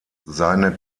seine